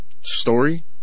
story